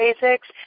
Basics